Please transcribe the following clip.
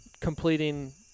completing